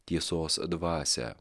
tiesos dvasią